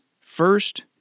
first